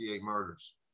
murders